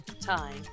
time